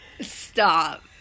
Stop